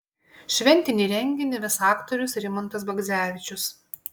šventinį renginį ves aktorius rimantas bagdzevičius